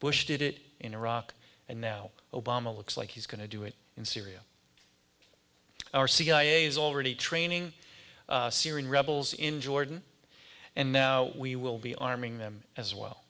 bush did it in iraq and now obama looks like he's going to do it in syria our cia is already training syrian rebels in jordan and now we will be arming them as well